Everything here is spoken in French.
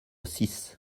six